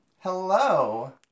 Hello